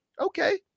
Okay